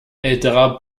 älterer